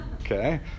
Okay